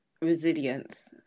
resilience